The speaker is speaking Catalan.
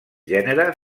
gènere